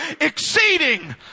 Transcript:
exceeding